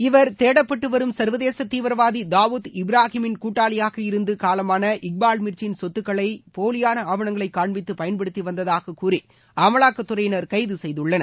இவர் தேடப்பட்டுவரும் சர்வதேச தீவிரவாதி தாவூத் இப்ராகிமின் கூட்டாளியாக இருந்து காலமான இக்பால் மிர்ச்சியின் சொத்துக்களை போலியான ஆவணங்களை காண்பித்து பயன்படுத்தி வந்ததாக கூறி அமலாக்கத்துறையினர் கைது செய்துள்ளனர்